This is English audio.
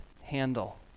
handle